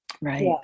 Right